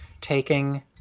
taking